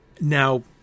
Now